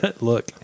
Look